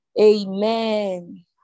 Amen